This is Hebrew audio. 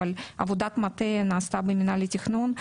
אבל עבודת המטה נעשתה במנהל התכנון,